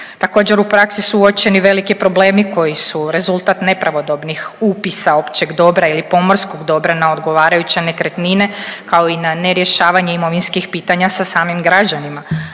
Također u praksi su uočeni veliki problemi koji su rezultat nepravodobnih upisa općeg dobra ili pomorskog dobra na odgovarajuće nekretnine, kao i na nerješavanje imovinskih pitanja sa samim građanima,